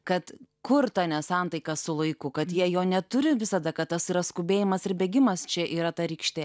kad kur ta nesantaika su laiku kad jie jo neturi visada kad tas yra skubėjimas ir bėgimas čia yra ta rykštė